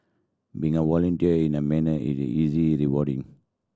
being a volunteer in the manner is easy rewarding